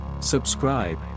Subscribe